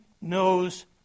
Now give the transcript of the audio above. knows